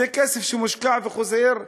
זה כסף שמושקע וחוזר למדינה.